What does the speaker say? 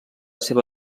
seva